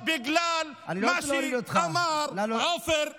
לא בגלל מה שאמר עופר כסיף.